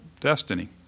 destiny